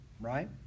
right